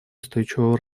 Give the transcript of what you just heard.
устойчивого